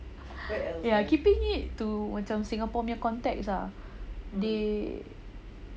keeping it to macam singapore punya contexts ah